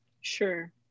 Sure